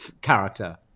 character